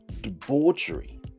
debauchery